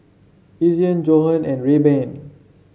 Ezion Johan and Rayban